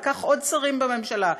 וכך עוד שרים בממשלה,